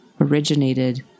originated